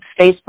Facebook